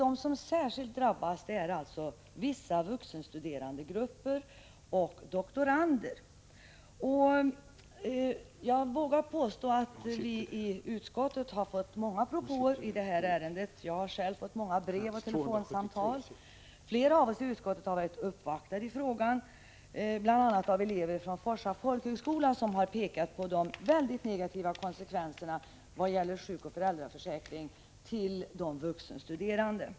De som särskilt drabbas av systemets nackdelar är vissa vuxenstuderandegrupper och doktorander. Jag kan meddela att vi i utskottet har fått många propåer i det här ärendet. Jag har själv fått många brev och telefonsamtal. Flera av oss i utskottet har blivit uppvaktade i frågan, bl.a. av elever från Forsa folkhögskola, som har pekat på de mycket negativa konsekvenserna vad gäller sjukoch föräldraförsäkringen till vuxenstuderande.